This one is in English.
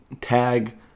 Tag